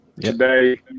today